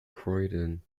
croydon